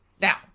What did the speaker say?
Now